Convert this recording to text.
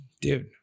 Dude